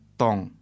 tong